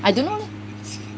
I don't know leh